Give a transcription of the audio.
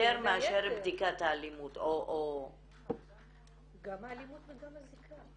יותר מאשר בדיקת האלימות או --- גם האלימות וגם הזיקה.